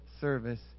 service